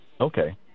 Okay